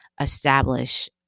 establish